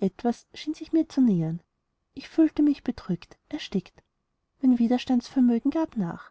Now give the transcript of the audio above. etwas schien sich mir zu nähern ich fühlte mich bedrückt erstickt mein widerstandsvermögen gab nach